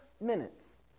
minutes